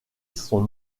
sont